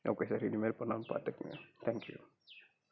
okay sir இனிமேல் பண்ணாம பாத்துக்கங்க தேங்க்யூ